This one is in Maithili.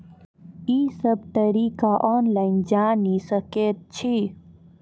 ई सब तरीका ऑनलाइन जानि सकैत छी?